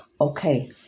okay